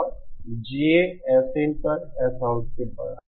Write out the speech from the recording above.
और GA Sin पर Sout के बराबर है